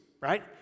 right